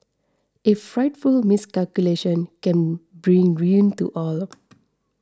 a frightful miscalculation can bring ruin to all